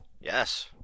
Yes